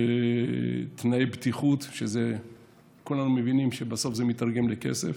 תנאי בטיחות, וכולנו מבינים שבסוף זה מיתרגם לכסף.